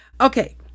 Okay